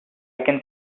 can